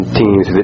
teams